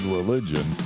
religion